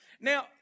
Now